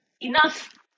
enough